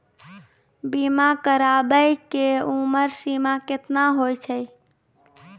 बीमा कराबै के उमर सीमा केतना होय छै?